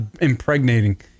impregnating